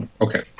Okay